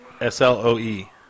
S-L-O-E